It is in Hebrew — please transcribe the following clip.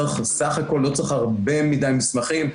צריך בסך הכול לא צריך הרבה מדי מסמכים,